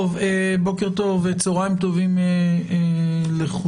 בוקר טוב וצהריים טובים לכולם.